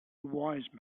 wise